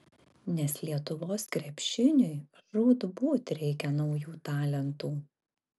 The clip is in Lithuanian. nes lietuvos krepšiniui žūtbūt reikia naujų talentų